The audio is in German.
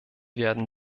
werden